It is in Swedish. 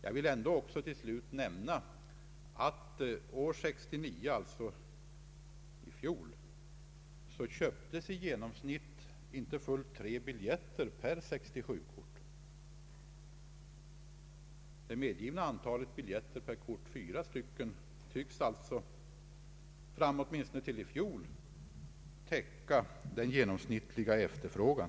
Jag vill till slut nämna att år 1969, alltså i fjol, köptes i genomsnitt inte fullt tre biljetter per 67-kort. Det medgivna antalet biljetter, fyra stycken, tycks alltså fram åtminstone till i fjol täcka den genomsnittliga efterfrågan.